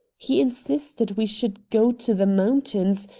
he insisted we should go to the mountains,